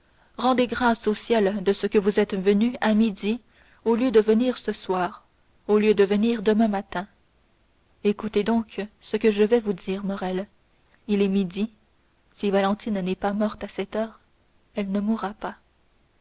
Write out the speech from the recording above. rendez grâce au ciel de ce que vous êtes venu à midi au lieu de venir ce soir au lieu de venir demain matin écoutez donc ce que je vais vous dire morrel il est midi si valentine n'est pas morte à cette heure elle ne mourra pas